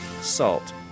salt